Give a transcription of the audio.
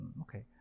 Okay